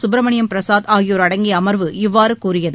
சுப்பிரமணியம் பிரசாத் ஆகியோர் அடங்கிய அமர்வு இவ்வாறு கூறியது